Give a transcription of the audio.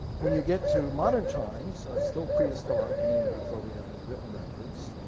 when you get to modern times, still prehistoric, meaning before we have any written records